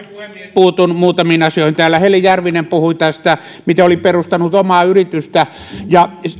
puutun muutamiin asioihin täällä heli järvinen puhui tästä miten oli perustanut omaa yritystä ja